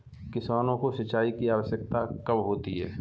किसानों को सिंचाई की आवश्यकता कब होती है?